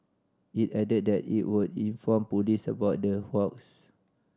it added that it would inform police about the hoax